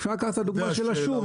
אפשר לקחת את הדוגמא של השום,